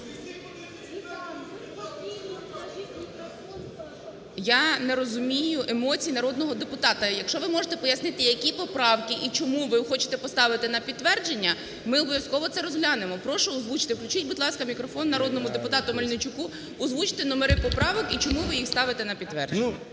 Я не розумію емоцій народного депутата. Якщо ви можете пояснити, які поправки і чому ви хочете поставити на підтвердження, ми обов'язково це розглянемо. Прошу, озвучте. Включіть, будь ласка, мікрофон народному депутату Мельничуку. Озвучте номери поправок і чому ви їх ставите на підтвердження.